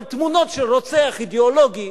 אבל תמונות של רוצח אידיאולוגי,